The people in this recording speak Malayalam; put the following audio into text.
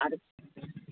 അത്